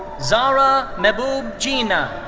zara mehboob jeena.